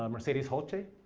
um mercedes holtree.